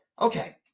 Okay